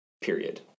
period